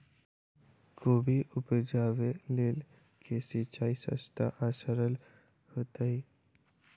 कोबी उपजाबे लेल केँ सिंचाई सस्ता आ सरल हेतइ?